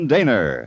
Daner